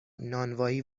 نانوایی